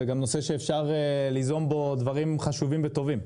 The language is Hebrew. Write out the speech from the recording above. וגם נושא שאפשר ליזום בו דברים חשובים וטובים.